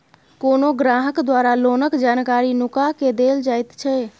कोनो ग्राहक द्वारा लोनक जानकारी नुका केँ देल जाएत छै